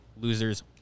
Losers